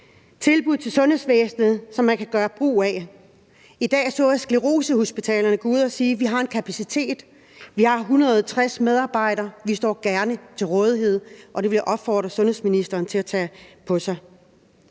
tilbud til sundhedsvæsenet, som man kan gøre brug af. I dag så jeg sklerosehospitalerne gå ud at sige: Vi har en kapacitet. Vi har 160 medarbejdere. Vi står gerne til rådighed. Og det vil jeg opfordre sundhedsministeren til at tage på sig.